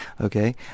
Okay